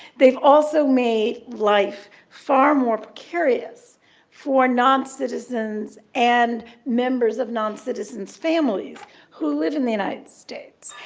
they've also made life far more precarious for non-citizens and members of non-citizens' families who live in the united states.